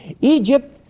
Egypt